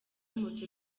moto